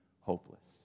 hopeless